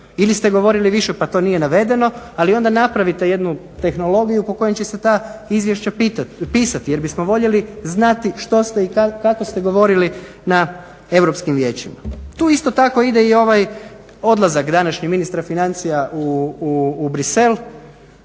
Ili ste govorili više pa to nije navedeno, ali onda napravite jednu tehnologiju po kojem će se ta izvješća pisati jer bismo voljeli znati što ste i kako ste govorili na Europskim vijećima. Tu isto tako ide i ovaj odlazak današnji ministra financija u Bruxelles.